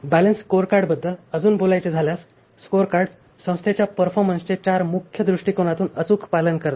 balanced स्कोअरकार्डबद्दल अजून बोलायचे झाल्यास स्कोअरकार्ड संस्थेच्या परफॉर्मन्सचे चार मुख्य दृष्टीकोनातून अचूक पालन करते